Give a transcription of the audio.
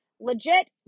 legit